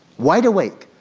wide awake,